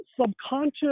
subconscious